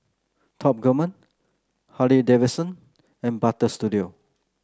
Top Gourmet Harley Davidson and Butter Studio